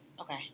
Okay